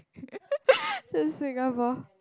to Singapore